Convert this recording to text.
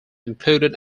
included